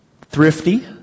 thrifty